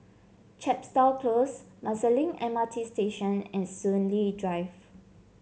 Chepstow Close Marsiling M R T Station and Soon Lee Drive